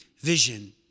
vision